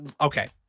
okay